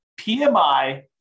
PMI